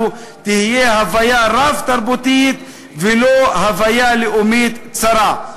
תהיה הוויה רב-תרבותית ולא הוויה לאומית צרה.